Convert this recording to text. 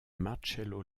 marcello